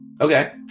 Okay